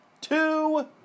two